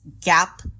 gap